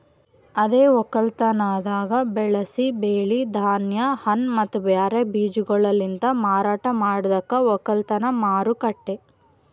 ಅದೇ ಒಕ್ಕಲತನದಾಗ್ ಬೆಳಸಿ ಬೆಳಿ, ಧಾನ್ಯ, ಹಣ್ಣ ಮತ್ತ ಬ್ಯಾರೆ ಬೀಜಗೊಳಲಿಂತ್ ಮಾರಾಟ ಮಾಡದಕ್ ಒಕ್ಕಲತನ ಮಾರುಕಟ್ಟೆ